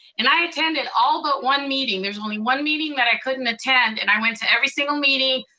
and i attended all but one meeting. there's only one meeting that i couldn't attend, and i went to every single meeting.